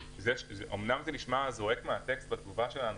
אומנם זה זועק מטקסט התגובה שלנו,